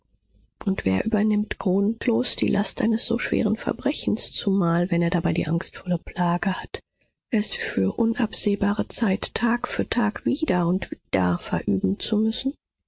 und wer übernimmt grundlos die last eines so schweren verbrechens zumal wenn er dabei die angstvolle plage hat es für unabsehbare zeit tag für tag wieder und wieder verüben zu müssen